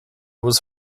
was